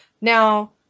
Now